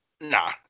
Nah